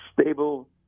stable